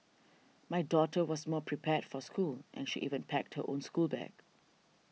my daughter was more prepared for school and she even packed her own schoolbag